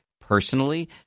personally